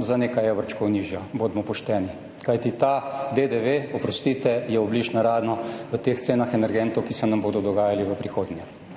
za nekaj evrčkov nižja, bodimo pošteni. Kajti ta DDV, oprostite, je obliž na rano pri teh cenah energentov, ki se nam bodo dogajale v prihodnje.